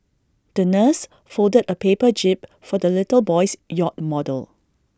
the nurse folded A paper jib for the little boy's yacht model